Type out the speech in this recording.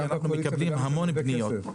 כי אנחנו מקבלים המון פניות,